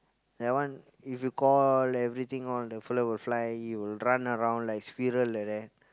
that one if you call everything all the fellow will fly he will run around like squirrel like that